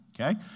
Okay